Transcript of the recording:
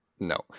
No